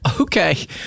okay